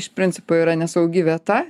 iš principo yra nesaugi vieta